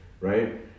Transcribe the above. right